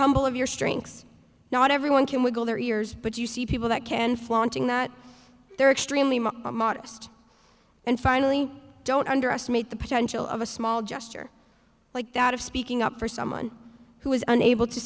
humble of your strengths not everyone can wiggle their ears but you see people that can flaunting that they're extremely modest and finally don't underestimate the potential of a small gesture like that of speaking up for someone who is unable to